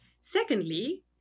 Secondly